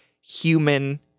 human